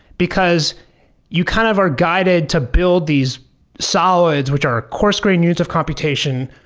because you kind of are guided to build these solids, which are coarse-grained use of computation,